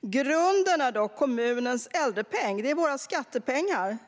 Grunden är dock kommunens äldrepeng, alltså våra skattepengar.